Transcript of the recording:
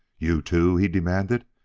you, too? he demanded.